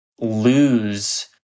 lose